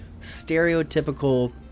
stereotypical